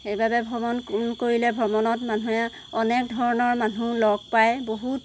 সেইবাবে ভ্ৰমণ কৰিলে ভ্ৰমণত মানুহে অনেক ধৰণৰ মানুহ লগ পায় বহুত